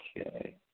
Okay